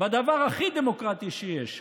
זה דבר הכי דמוקרטי שיש.